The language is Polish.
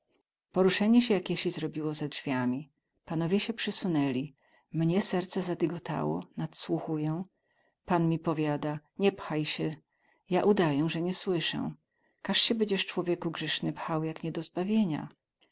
porusenie sie jakiesi zrobiło za drzwiami panowie sie przysuneli mnie serce zadygotało nadsłuchuję pan mi powiada nie pchaj sie ja udaję ze nie słysę kaz sie bedzies cłowieku grzysny pchał jak nie do zbawienia